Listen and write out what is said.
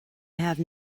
have